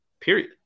period